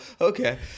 Okay